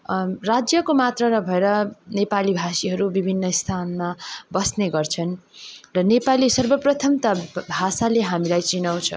राज्यको मात्र नभएर नेपाली भाषीहरू विभिन्न स्थानमा बस्ने गर्छन् र नेपाली सर्वप्रथम त भाषाले हामीलाई चिनाउँछ